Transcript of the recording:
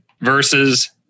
versus